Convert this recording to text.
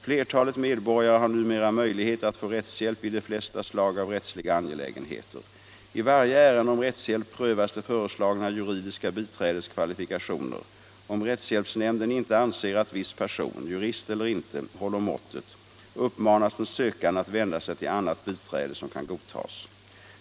Flertalet medborgare har numera möjlighet att få rättshjälp i de flesta slag av rättsliga angelägenheter. I varje ärende om rättshjälp prövas det föreslagna juridiska biträdets kvalifikationer. Om rättshjälpsnämnden inte anser att viss person — jurist eller inte — håller måttet uppmanas den sökande att vända sig till annat biträde som kan godtas.